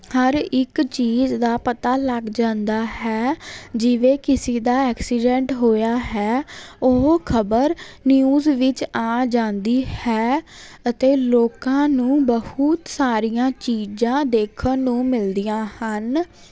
ਹਰ ਇੱਕ ਚੀਜ਼ ਦਾ ਪਤਾ ਲੱਗ ਜਾਂਦਾ ਹੈ ਜਿਵੇਂ ਕਿਸੇ ਦਾ ਐਕਸੀਡੈਂਟ ਹੋਇਆ ਹੈ ਉਹ ਖਬਰ ਨਿਊਜ਼ ਵਿੱਚ ਆ ਜਾਂਦੀ ਹੈ ਅਤੇ ਲੋਕਾਂ ਨੂੰ ਬਹੁਤ ਸਾਰੀਆਂ ਚੀਜ਼ਾਂ ਦੇਖਣ ਨੂੰ ਮਿਲਦੀਆਂ ਹਨ